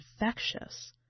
infectious